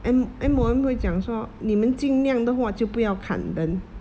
and M_O_M 会讲说你们尽量的话就不要砍人